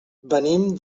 venim